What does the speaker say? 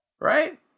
right